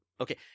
Okay